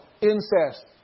Incest